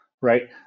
right